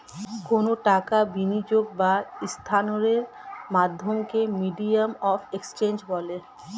কোনো টাকার বিনিয়োগ বা স্থানান্তরের মাধ্যমকে মিডিয়াম অফ এক্সচেঞ্জ বলে